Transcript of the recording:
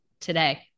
today